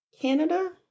Canada